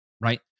right